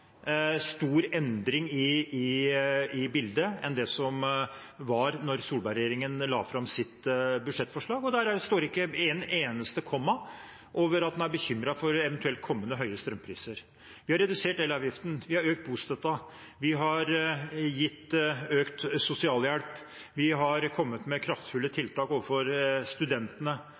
stor endring i bildet nå i forhold til det som var da Solberg-regjeringen la fram sitt budsjettforslag, og der står det ikke en eneste kommentar om at en er bekymret for eventuelt kommende høye strømpriser. Vi har redusert elavgiften, vi har økt bostøtten, vi har gitt økt sosialhjelp, vi har kommet med kraftfulle tiltak overfor studentene,